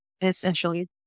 essentially